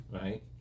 right